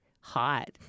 Hot